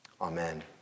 Amen